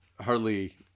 hardly